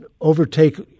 overtake